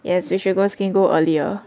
yes we should go SkinGO earlier